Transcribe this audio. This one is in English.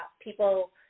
people